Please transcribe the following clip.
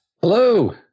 Hello